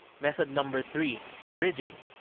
method number three bridging,